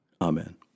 Amen